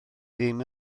ddim